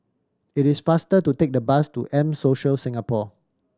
it is faster to take the bus to M Social Singapore